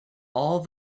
all